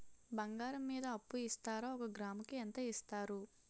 బంగారం మీద అప్పు ఇస్తారా? ఒక గ్రాము కి ఎంత ఇస్తారు?